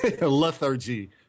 Lethargy